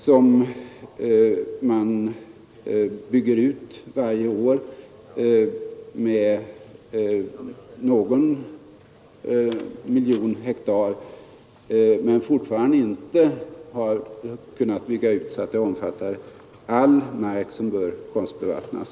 Denna bygger man varje år ut med någon miljon hektar, men fortfarande har man inte kunnat bygga ut så att den omfattar all mark som bör konstbevattnas.